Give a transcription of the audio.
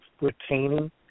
retaining